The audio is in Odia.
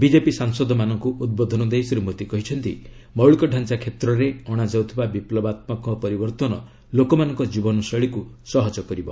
ବିଜେପି ସାଂସଦମାନଙ୍କୁ ଉଦ୍ବୋଧନ ଦେଇ ଶ୍ରୀ ମୋଦୀ କହିଛନ୍ତି ମୌଳିକ ଡ଼ାଞ୍ଚା କ୍ଷେତ୍ରରେ ଅଣାଯାଉଥିବା ବିପୁବାତ୍ମକ ପରିବର୍ଭନ ଲୋକମାନଙ୍କ ଜୀବନଶୈଳୀକୁ ସହଜ କରିବ